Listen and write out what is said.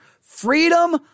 freedom